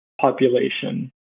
population